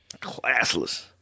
Classless